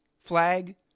flag